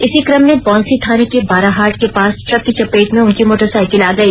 इसी क्रम में बौंसी थाने के बाराहाट के पास ट्रक की चपेट में उनकी मोटरसाइकिल आ गई